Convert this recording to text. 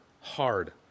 hard